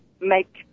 make